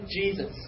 Jesus